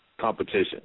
competition